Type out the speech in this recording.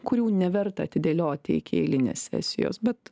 kurių neverta atidėlioti iki eilinės sesijos bet